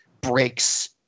breaks